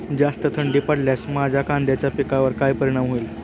जास्त थंडी पडल्यास माझ्या कांद्याच्या पिकावर काय परिणाम होईल?